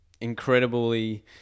incredibly